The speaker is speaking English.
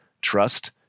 trust